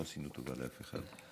לא עשינו טובה לאף אחד.